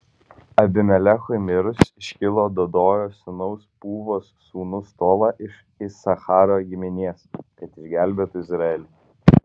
abimelechui mirus iškilo dodojo sūnaus pūvos sūnus tola iš isacharo giminės kad išgelbėtų izraelį